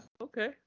Okay